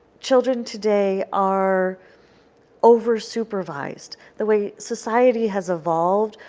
children today are over-supervised. the way society has evolved,